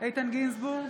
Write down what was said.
איתן גינזבורג,